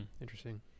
Interesting